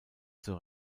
zur